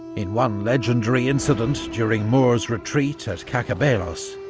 in one legendary incident during moore's retreat, at cacabelos,